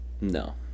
No